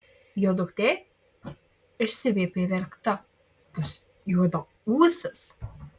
jo duktė išsiviepė verkta tas juodaūsis